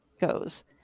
goes